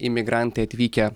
imigrantai atvykę